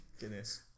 Guinness